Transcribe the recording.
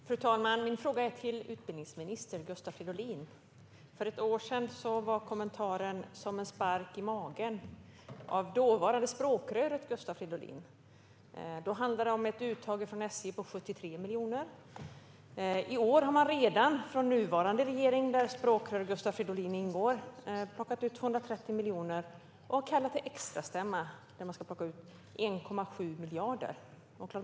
Fru talman! Min fråga riktar sig till utbildningsminister Gustav Fridolin. För ett år sedan var kommentaren som en spark i magen av dåvarande språkröret Gustav Fridolin. Då handlade det om ett uttag från SJ på 73 miljoner. I år har man redan från nuvarande regering, där språkrör Gustav Fridolin ingår, plockat ut 230 miljoner och har kallat till extrastämma där man ska plocka ut 1,7 miljarder.